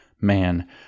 man